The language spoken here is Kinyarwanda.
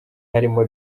harimo